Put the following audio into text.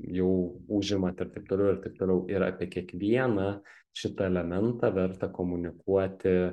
jau užemat ir taip toliau ir taip toliau ir apie kiekvieną šitą elementą verta komunikuoti